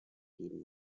geben